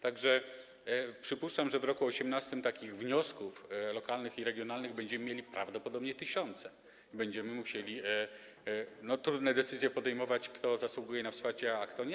Tak że przypuszczam, że w roku 2018 takich wniosków lokalnych i regionalnych będziemy mieli prawdopodobnie tysiące i będziemy musieli trudne decyzje podejmować, kto zasługuje na wsparcie, a kto nie.